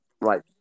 Right